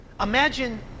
Imagine